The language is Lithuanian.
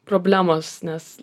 problemos nes